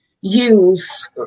use